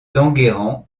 d’enguerrand